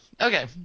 okay